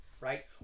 right